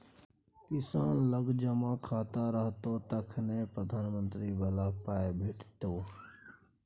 किसान लग जमा खाता रहतौ तखने प्रधानमंत्री बला पाय भेटितो